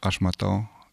aš matau